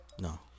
No